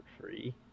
free